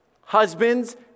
Husbands